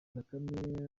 bakame